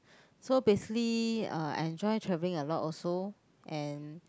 so basically uh I enjoy traveling a lot also and